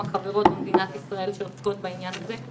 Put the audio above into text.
חברות במדינת ישראל שעוסקות בעניין הזה.